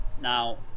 now